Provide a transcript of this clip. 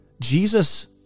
Jesus